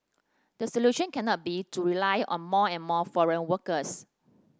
the solution cannot be to rely on more and more foreign workers